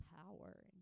power